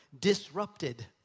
disrupted